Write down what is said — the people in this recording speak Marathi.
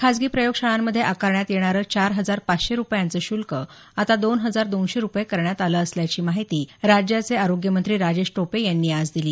खासगी प्रयोगशाळांमधे आकारण्यात येणारं चार हजार पाचशे रुपयांचं शुल्क आता दोन हजार दोनशे रुपये करण्यात आलं असल्याची माहिती राज्याचे आरोग्य मंत्री राजेश टोपे यांनी आज दिली